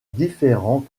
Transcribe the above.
différents